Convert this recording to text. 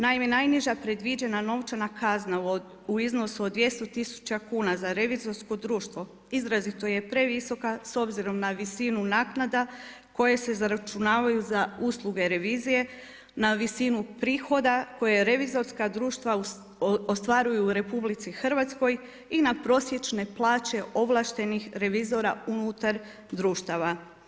Naime, najniža predviđena novčana kazna u iznosu od 200 000 kuna za revizorsko društvo izrazito je previsoka s obzirom na visinu naknada koje se zaračunavaju za usluge revizije na visinu prihoda koja revizorska društva ostvaruju u RH i nadprosječne plaće ovlaštenih revizora unutar društava.